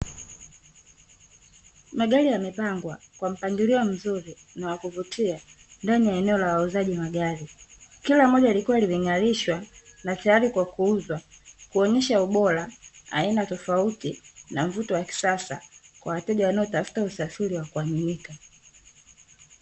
Magari yamepangwa kwa mpangilio mzuri na wa kuvutia ndani ya eneo la wauzaji magari. Kila moja likiwa limeng'arishwa na tayari kwa kuuzwa, kuonyesha ubora, aina tofauti na mvuto wa kisasa kwa wateja wanaotafuta usafiri wa kuaminika.